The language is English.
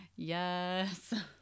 yes